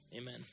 amen